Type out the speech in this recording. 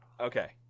Okay